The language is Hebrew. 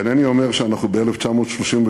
אינני אומר שאנחנו ב-1938,